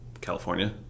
California